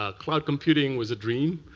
ah cloud computing was a dream,